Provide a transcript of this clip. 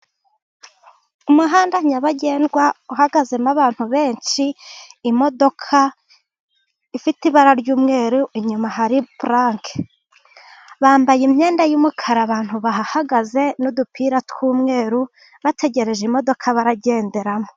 Umuhanda nyabagendwa uhagazemo abantu benshi, imodoka ifite ibara ry'umweru inyuma hari puranke, bambaye imyenda y'umukara abantu bahagaze, n'udupira tw'umweru, bategereje imodoka baragenderamo.